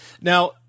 Now –